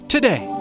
Today